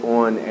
on